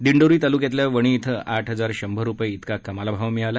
दिंडोरी तालुक्यातल्या वणी इथं आठ हजार शंभर रूपये इतका कमाल भाव मिळाला